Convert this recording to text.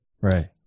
Right